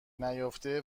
نیافته